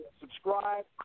Subscribe